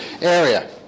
area